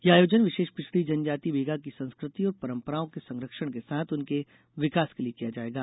ये आयोजन विशेष पिछड़ी जनजाति बैगा की संस्कृति और परंपराओं के संरक्षण के साथ उनके विकास के लिए किया जायेगा